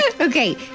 Okay